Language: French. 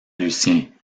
lucien